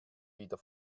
wieder